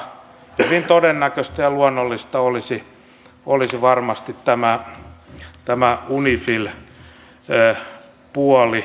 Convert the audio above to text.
hyvin todennäköistä ja luonnollista olisi varmasti tämä unifil puoli